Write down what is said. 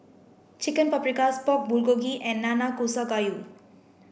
Chicken Paprikas Pork Bulgogi and Nanakusa gayu